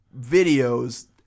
videos